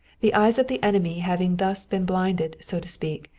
the eyes of the enemy having thus been blinded, so to speak,